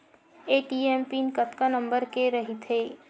ATM pin कतका number के रही थे?